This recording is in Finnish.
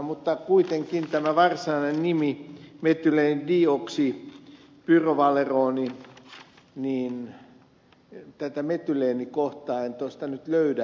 mutta kuitenkin tämä varsinainen nimi on metyleenidioksipyrovaleroni ja tätä metyleeni kohtaa en tuosta nyt löydä